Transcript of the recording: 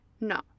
No